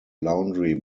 laundry